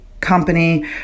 company